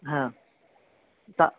হ্যাঁ তা